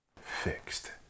fixed